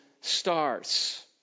stars